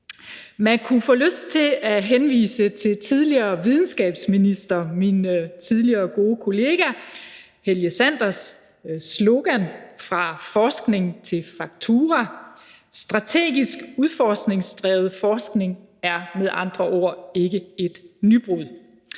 Man kunne få lyst til at henvise til tidligere videnskabsminister, min tidligere gode kollega, Helge Sanders slogan »Fra forskning til faktura«. Strategisk udforskningsdrevet forskning er med andre ord ikke et nybrud.